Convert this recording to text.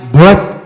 breath